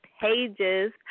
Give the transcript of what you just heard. Pages